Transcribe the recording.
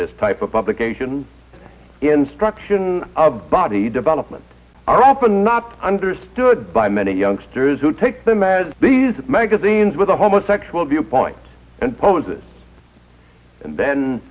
this type of publication instruction of body development are often not understood by many youngsters who take them as these magazines with a homosexual viewpoint and poses and then